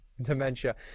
dementia